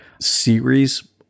series